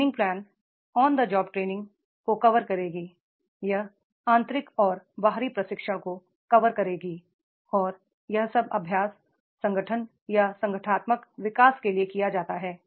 tray Ning plan on the job training को cover करेगी यह आंतरिक और बाहरी प्रशिक्षण को कवर करेगी और यह सब अभ्यास संगठन या संगठनातमक विकास के लिए किया जाता है